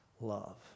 love